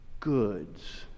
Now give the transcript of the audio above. goods